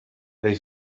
they